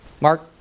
Mark